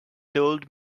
told